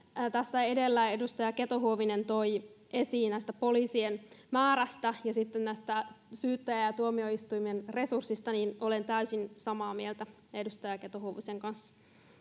tässä edellä edustaja keto huovinen toi esiin tästä poliisien määrästä ja sitten näistä syyttäjien ja tuomioistuimien resursseista olen täysin samaa mieltä edustaja keto huovisen kanssa